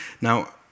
Now